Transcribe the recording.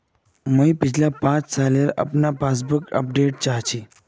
मुई पिछला एक सालेर अपना पासबुक अपडेट चाहची?